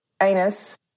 anus